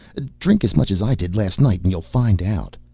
drink as much as i did last night and you'll find out.